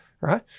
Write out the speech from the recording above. right